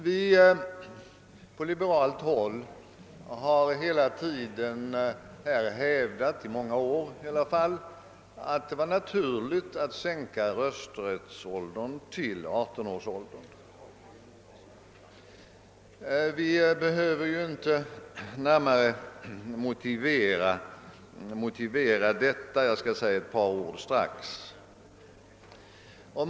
Vi på liberalt håll har hela tiden — i varje fall i många år — hävdat att det är naturligt att sänka rösträttsåldern till 18 år. Det behöver inte närmare motiveras, men jag skall strax säga ett par ord om det.